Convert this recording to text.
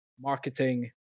marketing